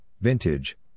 vintage